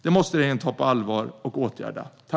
Detta måste regeringen ta på allvar och åtgärda.